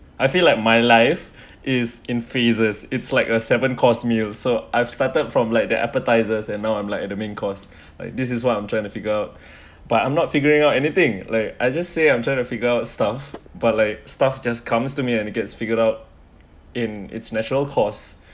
I feel like my life is in phases it's like a seven course meal so I've started from like the appetisers and now I'm like at the main cause like this is what I'm trying to figure out but I'm not figuring out anything like I just say I'm trying to figure out stuff but like stuff just comes to me and it gets figured out in its natural course